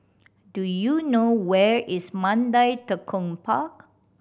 do you know where is Mandai Tekong Park